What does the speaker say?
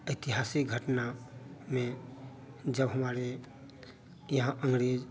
ऐतिहासिक घटना में जब हमारे यहाँ अंग्रेज़